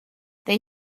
they